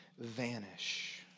vanish